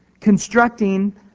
Constructing